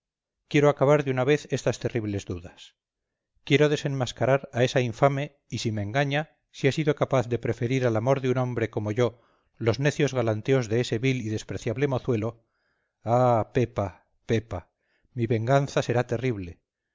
quiero acabar de una vez estas terribles dudas quiero desenmascarar a esa infame y si me engaña si ha sido capaz de preferir al amor de un hombre como yo los necios galanteos de ese vil y despreciable mozuelo ah pepa pepa mi venganza será terrible